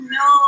no